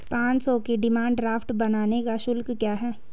पाँच सौ के डिमांड ड्राफ्ट बनाने का शुल्क क्या है?